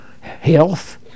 health